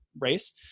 race